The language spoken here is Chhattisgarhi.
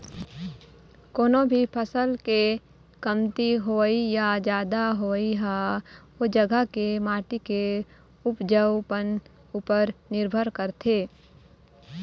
कोनो भी फसल के कमती होवई या जादा होवई ह ओ जघा के माटी के उपजउपन उपर निरभर करथे